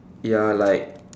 ya like